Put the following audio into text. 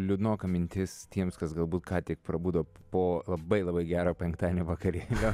liūdnoka mintis tiems kas galbūt ką tik prabudo po labai labai gero penktadienio vakarėlio